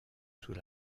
sous